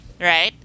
right